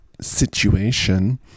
situation